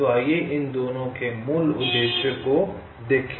तो आइए इन दोनों के मूल उद्देश्यों को देखें